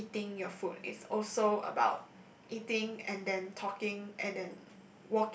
eating your food is also about eating and then talking and then